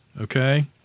okay